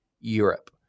Europe